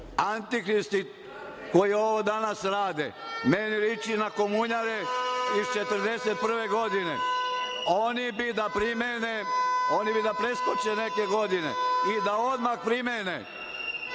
antihristi, koji ovo danas rade, meni liči na komunjare iz 1941. godine. Oni bi da preskoče neke godine i da odmah primene